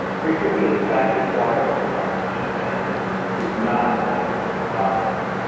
creativity, in fact, requires knowledge and is not better done by novices.